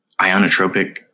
ionotropic